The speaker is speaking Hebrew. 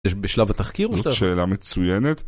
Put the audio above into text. יש בשלב התחקיר, שאלה מצוינת